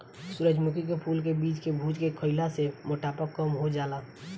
सूरजमुखी के फूल के बीज के भुज के खईला से मोटापा कम हो जाला